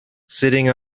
sitting